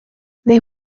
they